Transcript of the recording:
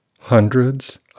hundreds